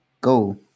Go